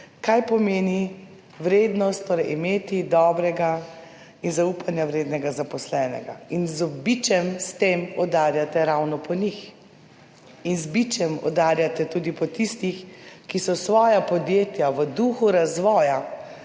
kaj pomeni vrednost, torej imeti dobrega in zaupanja vrednega zaposlenega. In z bičem s tem udarjate ravno po njih. In z bičem udarjate tudi po tistih, ki so svoja podjetja v duhu razvoja